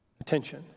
attention